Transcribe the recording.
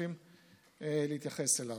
שצריכים להתייחס אליו.